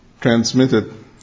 transmitted